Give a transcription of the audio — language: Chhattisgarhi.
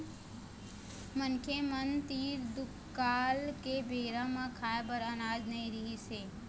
मनखे मन तीर दुकाल के बेरा म खाए बर अनाज नइ रिहिस हे